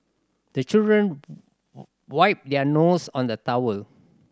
the children wipe their nose on the towel